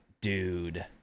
dude